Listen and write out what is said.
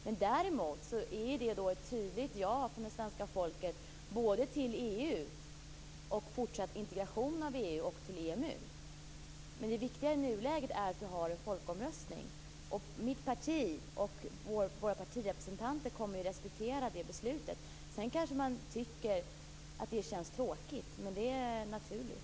Men däremot skulle det då vara ett tydligt ja från det svenska folket, till både EU, fortsatt integration av EU och Men det viktiga i nuläget är att vi har en folkomröstning. Mitt parti och våra partirepresentanter kommer att respektera det beslutet. Sedan kanske man tycker att det känns tråkigt, men det är naturligt.